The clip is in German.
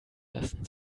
lassen